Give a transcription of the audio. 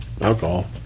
alcohol